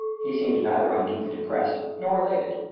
he seemed neither unduly depressed nor elated.